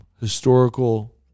historical